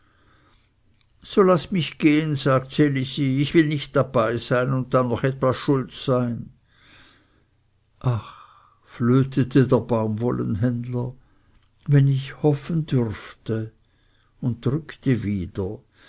so laßt mich gehen sagt ds elisi ich will nicht dabei und dann noch etwa schuld sein ach flötete der baumwollenhändler wenn ich hoffen dürfte und drückte wieder